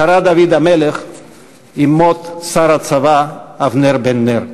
קרא דוד המלך עם מות שר הצבא אבנר בן נר.